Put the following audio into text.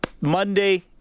Monday